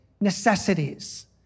necessities